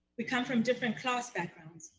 we come from different class backgrounds,